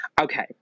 Okay